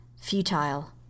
Futile